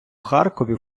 харкові